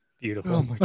Beautiful